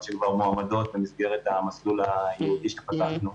שמועמדות במסגרת המסלול הייעודי שפתחנו.